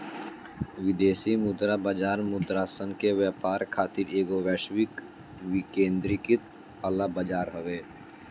विदेशी मुद्रा बाजार मुद्रासन के व्यापार खातिर एगो वैश्विक विकेंद्रीकृत वाला बजार हवे